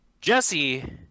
Jesse